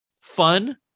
fun